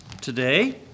today